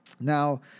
Now